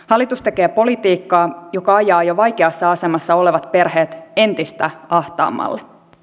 hallitus tekee politiikkaa joka ajaa jo vaikeassa asemassa olevat perheet entistä ahtaammalle